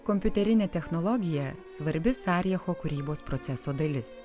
kompiuterinė technologija svarbi sarijacho kūrybos proceso dalis